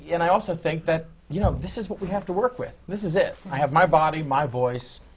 and i also think that, you know, this is what we have to work with. this is it. i have my body, my voice,